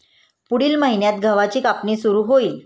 पुढील महिन्यात गव्हाची कापणी सुरू होईल